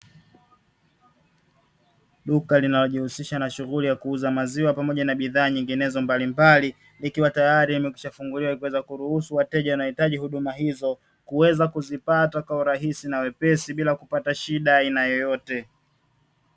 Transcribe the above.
Duka linalojihusisha na shughuli ya kuuza maziwa pamoja na bidhaa nyinginezo mbalimbali, likiwa tayari limekwisha funguliwa ili kuweza kuruhusu wateja wanaohitaji huduma hizo kuweza kuzipata kwa urahisi na wepesi bila kupata shida ya aina yoyote.